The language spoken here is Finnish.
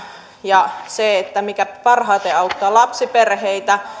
ja se mikä parhaiten auttaa lapsiperheitä